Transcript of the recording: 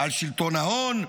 על שלטון ההון,